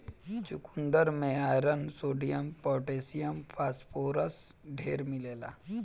चुकन्दर में iron, sodium, potassium, phosphorus ढेर मिलेला